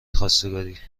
خواستگاری